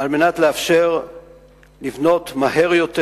על מנת לאפשר לבנות מהר יותר,